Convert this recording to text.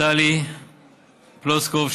טלי פלוסקוב,